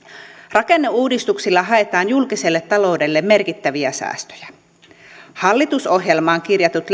rakenneuudistuksilla haetaan julkiselle taloudelle merkittäviä säästöjä hallitusohjelmaan kirjatut leikkaukset